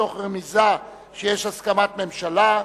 מתוך רמיזה שיש הסכמת ממשלה,